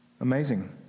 Amazing